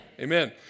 Amen